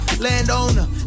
Landowner